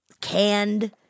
canned